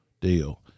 deal